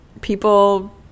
people